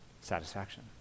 Satisfaction